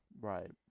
right